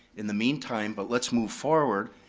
in the meantime. but let's move forward.